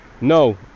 no